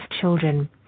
Children